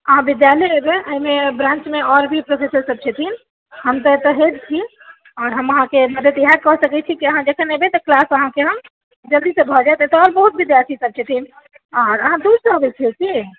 अहाँ जानते हेबै एहिमे ब्रान्चमे आओर भी प्रोफेसर सब छथिन हम तऽ एतऽ हेड छी आओर हम अहाँकेँ मदद इएह कऽ सकैत छी कि अहाँ जखन एबै तऽ क्लास अहाँकेँ जल्दीसँ भऽ जायत एतऽ आओर बहुत विद्यार्थी सब छै अहाँ दूर से अबैत छियै कि